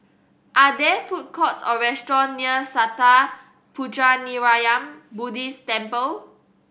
are there food courts or restaurant near Sattha Puchaniyaram Buddhist Temple